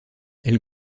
elle